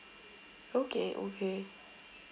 okay okay